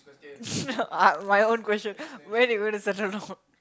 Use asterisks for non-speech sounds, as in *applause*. *laughs* uh my own question when you gonna settle down